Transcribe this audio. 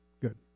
Good